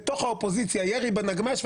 בתוך האופוזיציה-ירי בנגמ"ש,